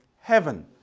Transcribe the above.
Heaven